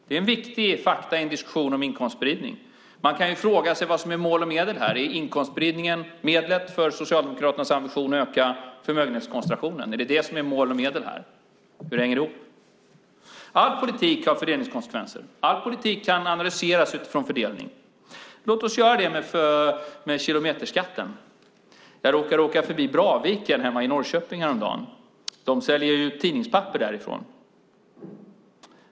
Det är viktiga fakta i en diskussion om inkomstspridning. Man kan fråga sig vad som är mål och medel här. Är inkomstspridningen medlet för Socialdemokraternas ambition att öka förmögenhetskoncentrationen? Är det det som är mål och medel här? Hur hänger det ihop? All politik har fördelningskonsekvenser. All politik kan analyseras utifrån fördelning. Låt oss göra det med kilometerskatten. Jag råkade åka förbi Braviken hemma i Norrköping häromdagen. De säljer tidningspapper därifrån.